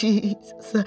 Jesus